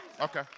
Okay